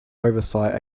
oversight